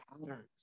patterns